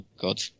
God